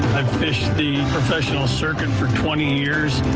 fished the professional circuit for twenty years.